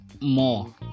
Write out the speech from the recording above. more